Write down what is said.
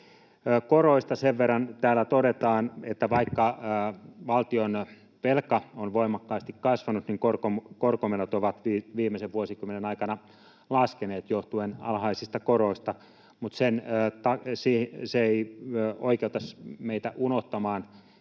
Koroista sen verran täällä todetaan, että vaikka valtionvelka on voimakkaasti kasvanut, niin korkomenot ovat viimeisen vuosikymmenen aikana laskeneet johtuen alhaisista koroista, mutta se ei oikeuta meitä unohtamaan